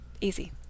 Easy